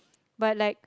but like